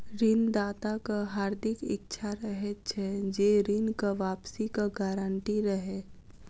ऋण दाताक हार्दिक इच्छा रहैत छै जे ऋणक वापसीक गारंटी रहय